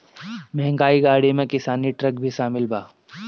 महँग गाड़ी में किसानी ट्रक भी शामिल बा